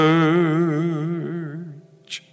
Search